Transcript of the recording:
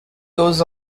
goes